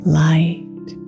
light